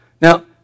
now